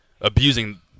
abusing –